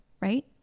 right